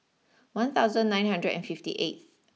one thousand nine hundred and fifty eighth